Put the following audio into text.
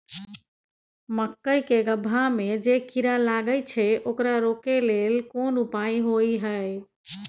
मकई के गबहा में जे कीरा लागय छै ओकरा रोके लेल कोन उपाय होय है?